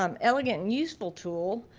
um elegant and useful tool